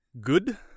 good